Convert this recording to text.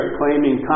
claiming